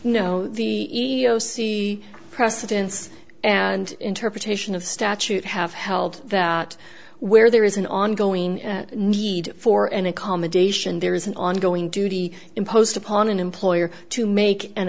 know the e e o c precedence and interpretation of statute have held that where there is an ongoing need for an accommodation there is an ongoing duty imposed upon an employer to make an